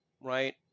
Right